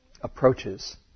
approaches